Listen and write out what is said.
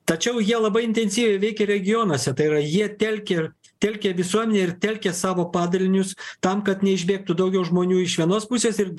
tačiau jie labai intensyviai veikė regionuose tai yra jie telkė ir telkė visuomenę ir telkė savo padalinius tam kad neišbėgtų daugiau žmonių iš vienos pusės ir